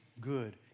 good